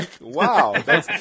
Wow